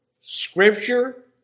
Scripture